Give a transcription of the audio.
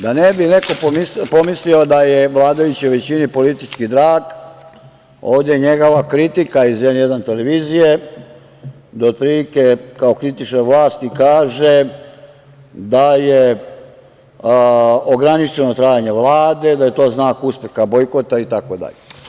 Da ne bi neko pomislio da je vladajućoj većini politički drag, ovde je njegova kritika iz „N1“ televizije, gde otprilike kao kritičar vlasti kaže da je ograničeno trajanje Vlade, da je to znak uspeha bojkota itd.